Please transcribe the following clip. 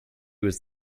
was